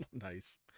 Nice